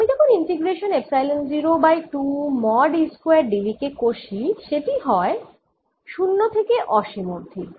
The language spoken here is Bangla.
আমি যখন integration epsilon 0 by 2 mod E square dV কে কষি সেটি হয় 0 থেকে অসীম অবধি